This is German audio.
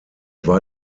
war